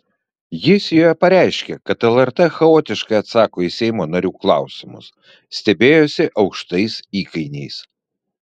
jis joje pareiškė kad lrt chaotiškai atsako į seimo narių klausimus stebėjosi aukštais įkainiais